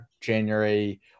January